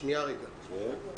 יש מגבלות,